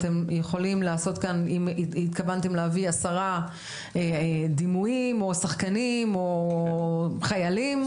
אם התכוונתם להביא עשרה דימויים או שחקנים או חיילים,